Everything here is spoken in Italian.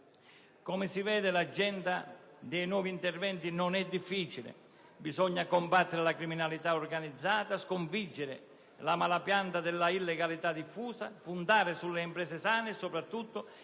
del lavoro. L'agenda dei nuovi interventi non è difficile: bisogna combattere la criminalità organizzata, sconfiggere la mala pianta dell'illegalità diffusa e puntare sulle imprese sane e soprattutto